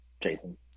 Jason